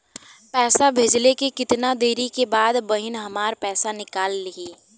पैसा भेजले के कितना देरी के बाद बहिन हमार पैसा निकाल लिहे?